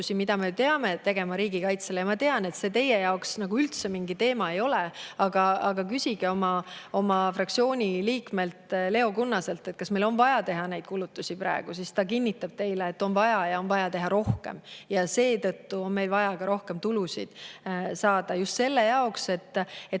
mida me peame tegema riigikaitsele … Ja ma tean, et see ei ole teie jaoks nagu üldse mingi teema, aga küsige oma fraktsiooni liikmelt Leo Kunnaselt, kas meil on vaja teha neid kulutusi praegu. Ta kinnitab teile, et on vaja ja on vaja teha rohkem. Seetõttu on meil vaja ka rohkem tulusid saada, just selle jaoks, et